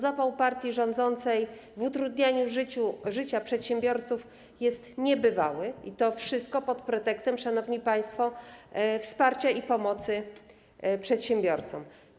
Zapał partii rządzącej w utrudnianiu życia przedsiębiorcom jest niebywały, i to wszystko pod pretekstem, szanowni państwo, wsparcia i pomocy dla przedsiębiorców.